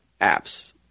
apps